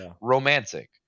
romantic